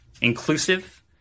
inclusive